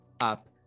up